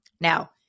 Now